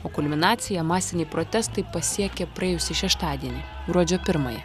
o kulminaciją masiniai protestai pasiekė praėjusį šeštadienį gruodžio pirmąją